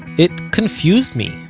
it confused me,